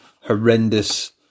horrendous